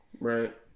Right